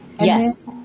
yes